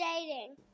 dating